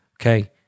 Okay